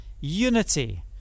unity